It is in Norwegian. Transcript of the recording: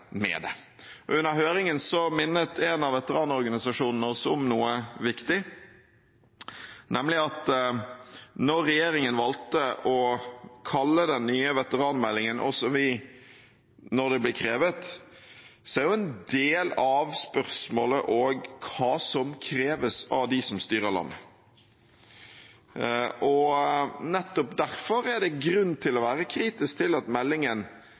med det. Under høringen minnet en av veteranorganisasjonene oss om noe viktig, nemlig at når regjeringen valgte å kalle den nye veteranmeldingen «Også vi når det blir krevet», er en del av spørsmålet også hva som kreves av dem som styrer landet. Nettopp derfor er det grunn til å være kritisk til at meldingen